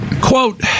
Quote